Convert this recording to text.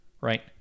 right